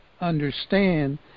understand